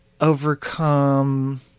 overcome